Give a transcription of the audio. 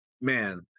man